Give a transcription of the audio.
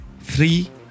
three